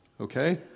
Okay